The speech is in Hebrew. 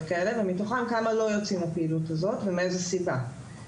כאלה ומתוכם כמה לא יוצאים לפעילות הזאת ומאיזה סיבה.